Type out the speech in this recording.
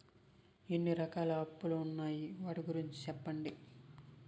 ఎన్ని రకాల అప్పులు ఉన్నాయి? వాటి గురించి సెప్పండి?